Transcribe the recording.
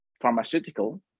pharmaceutical